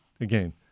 again